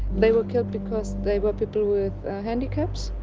they were killed because they were people with handicaps.